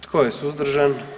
Tko je suzdržan?